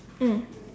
mm